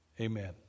Amen